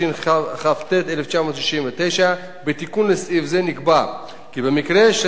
התשכ"ט 1969. בתיקון לסעיף זה נקבע כי במקרה של